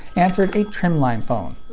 answered a trimline phone.